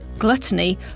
Gluttony